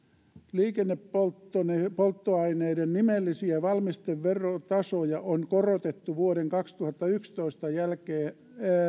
liikennepolttoaineiden nimellisiä valmisteverotasoja on korotettu vuoden kaksituhattayksitoista